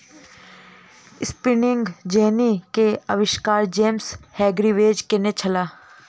spinning jenny के आविष्कार James Hargreaves केने छला